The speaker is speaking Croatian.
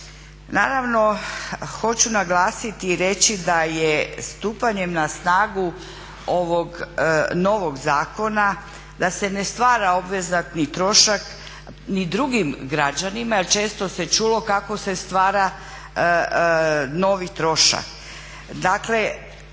Naravno hoću naglasiti i reći da je stupanjem na snagu ovog novog zakona da se ne stvara obvezatni trošak ni drugim građanima jer često se čulo kako se stvara novi trošak.